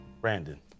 Brandon